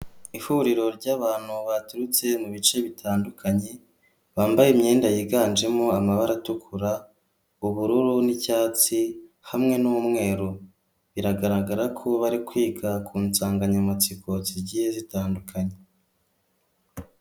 Ihuriro ry'abantu baturutse mu bice bitandukanye bambaye imyenda yiganjemo amabara atukura ubururu n'icyatsi hamwe n'umweru biragaragara ko bari kwiga ku nsanganyamatsiko zigiye zitandukanye.